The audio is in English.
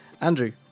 Andrew